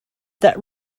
that